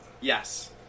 Yes